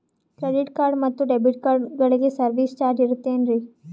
Credit card ಮತ್ತು debit ಕಾರ್ಡಗಳಿಗೆ service charge ಇರುತೇನ್ರಿ?